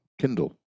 kindle